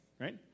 right